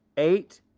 eight,